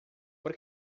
por